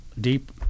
deep